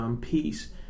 peace